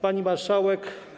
Pani Marszałek!